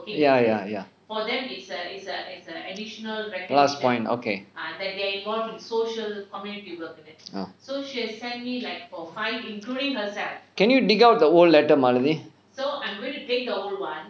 ya ya ya plus point okay ah can you dig out the old letter melody